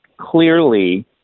clearly